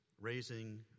raising